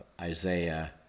Isaiah